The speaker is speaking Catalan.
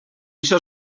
això